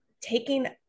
taking